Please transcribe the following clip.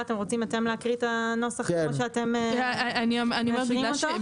אני אומרת,